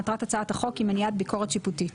מטרת הצעת החוק היא מניעת ביקורת שיפוטית.